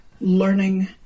learning